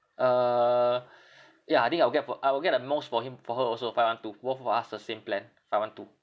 uh ya I think I will get for I will get the most for him for her also five one two both of us the same plan five one two